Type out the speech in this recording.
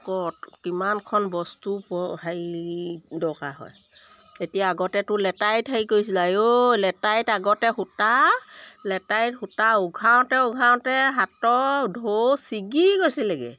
আকৌ কিমানখন বস্তু হেৰি দৰকাৰ হয় তেতিয়া আগতেতো লেটাইত হেৰি কৰিছিলে আইও লেটাইত আগতে সূতা লেটাইত সূতা উঘাওঁতে উঘাওঁতে হাতৰ ঢৌ ছিগি গৈছিলেগে